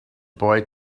boy